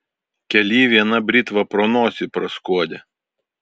kely viena britva pro nosį praskuodė